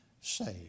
saved